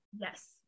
yes